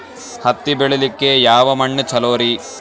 ಹತ್ತಿ ಬೆಳಿಲಿಕ್ಕೆ ಯಾವ ಮಣ್ಣು ಚಲೋರಿ?